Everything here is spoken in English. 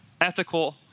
ethical